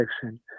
section